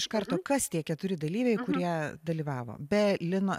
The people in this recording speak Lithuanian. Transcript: iš karto kas tie keturi dalyviai kurie dalyvavo be lino